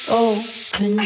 open